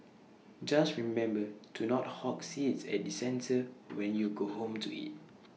just remember to not hog seats at the centre when you go home to eat